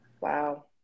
Wow